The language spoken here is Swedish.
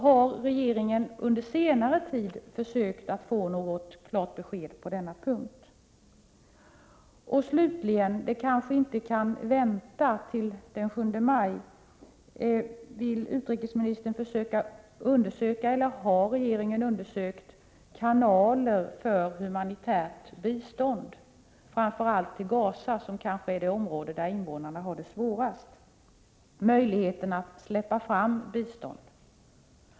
Har regeringen under senare tid försökt att få något klart besked på denna punkt? Slutligen — det kanske inte kan vänta till den 7 maj: Vill utrikesministern försöka undersöka eller har regeringen undersökt kanaler för humanitärt bistånd, framför allt i Gaza som kanske är det område där invånarna har det svårast? Finns det möjligheter att släppa fram bistånd?